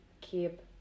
keep